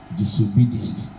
disobedient